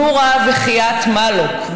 נורא וחיאת מאלוק,